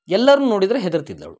ಎಲ್ಲರ್ನ ನೋಡಿದ್ರೆ ಹೆದ್ರ್ತಿದ್ಲು ಅವಳು